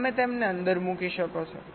તમે તેમને અંદર મૂકી શકો છો